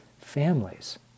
families